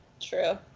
True